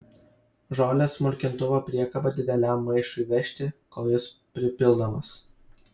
žolės smulkintuvo priekaba dideliam maišui vežti kol jis pripildomas